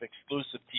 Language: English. exclusive